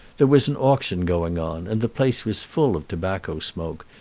there was an auction going on, and the place was full of tobacco smoke,